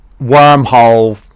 wormhole